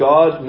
God